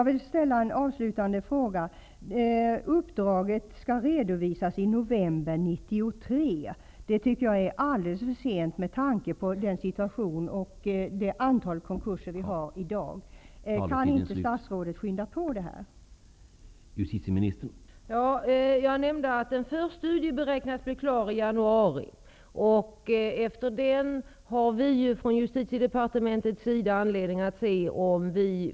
Riksrevisionsverkets arbete skall redovisas i november 1993. Det tycker jag är alldeles för sent med tanke på den situation och det antal konkurser som vi har i dag. Kan statsrådet inte skynda på detta arbete?